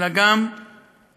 אלא גם דרוזים,